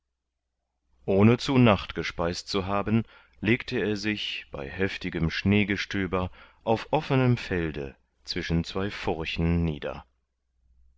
ohne zu nacht gespeist zu haben legte er sich bei heftigem schneegestöber auf offenem felde zwischen zwei furchen nieder